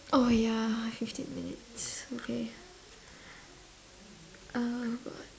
oh ya fifteen minutes okay oh god